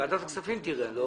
ועדת הכספים תראה.